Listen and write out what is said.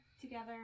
together